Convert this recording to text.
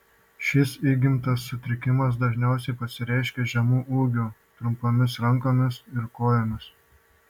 šis įgimtas sutrikimas dažniausiai pasireiškia žemu ūgiu trumpomis rankomis ir kojomis